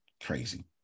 Crazy